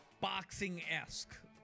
boxing-esque